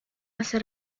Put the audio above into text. hace